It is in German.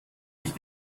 ich